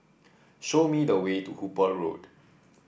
show me the way to Hooper Road